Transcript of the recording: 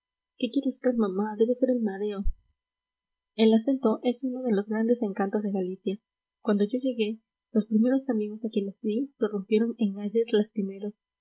qué quiere usted mamá debe de ser el mareo el acento es uno de los grandes encantos de galicia cuando yo llegué los primeros amigos a quienes vi prorrumpieron en ayes lastimeros